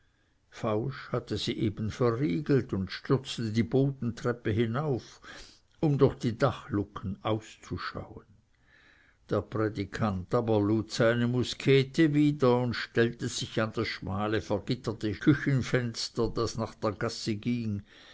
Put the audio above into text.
fausch hatte sie eben verriegelt und stürzte die bodentreppe hinauf um durch die dachluken auszuschauen der prädikant aber lud seine muskete wieder und stellte sich an das schmale vergitterte küchenfenster das nach der gasse ging